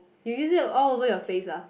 you use it all over your face ah